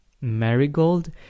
Marigold